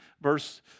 verse